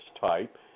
type